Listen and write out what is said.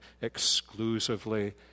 exclusively